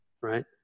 right